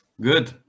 Good